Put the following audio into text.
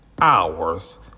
hours